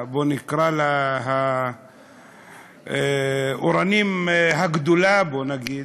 בואו נקרא לה "אורנים הגדולה" בואו נגיד,